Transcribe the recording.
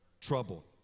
Trouble